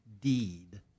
deed